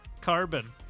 carbon